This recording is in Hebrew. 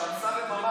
שאמסלם אמר,